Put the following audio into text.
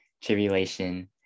tribulation